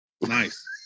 Nice